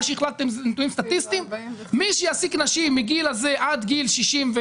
מה שהחלטתם עם נתונים סטטיסטיים מי שיעסיק נשים מהגיל הזה עד גיל 65,